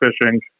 fishing